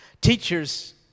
Teachers